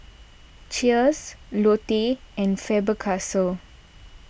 Cheers Lotte and Faber